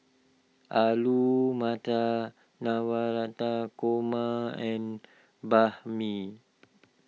Alu Matar Navratan Korma and Banh Mi